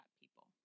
people